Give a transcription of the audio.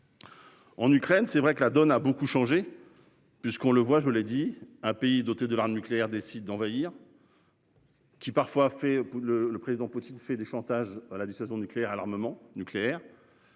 En Ukraine, c'est vrai que la donne a beaucoup changé. Puisqu'on le voit, je l'ai dit, un pays doté de l'arme nucléaire décide d'envahir. Qui parfois fait pour le le président Poutine fait du chantage à la dissuasion nucléaire à l'armement nucléaire.